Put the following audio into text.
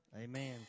amen